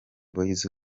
boyz